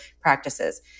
practices